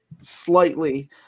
slightly